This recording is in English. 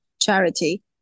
charity